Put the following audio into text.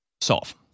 solve